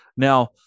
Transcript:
Now